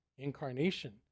Incarnation